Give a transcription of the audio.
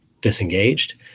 disengaged